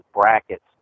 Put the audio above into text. brackets